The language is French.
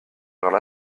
ouvrir